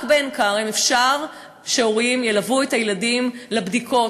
רק בעין-כרם אפשרי שהורים ילוו את הילדים לבדיקות.